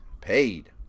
paid